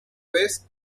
vez